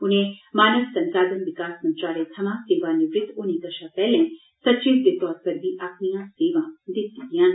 उनें मानव संसाधन विकास मंत्रालय थमां सेवा नृवत होने कशा पैहले सचिव दे तौरा पर बी अपनियां सेवां दित्ती दियां न